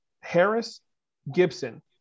Harris-Gibson